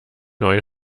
neue